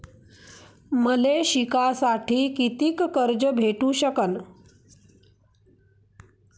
मले शिकासाठी कितीक कर्ज भेटू सकन?